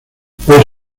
puede